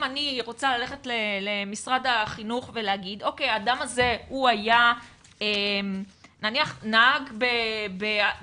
אם אני רוצה ללכת למשרד החינוך ולהגיד שהאדם הזה היה נניח נהג טיולים,